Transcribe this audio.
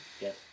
Yes